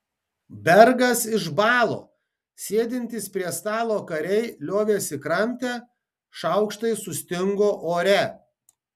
bergas išbalo sėdintys prie stalo kariai liovėsi kramtę šaukštai sustingo ore